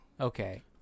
Okay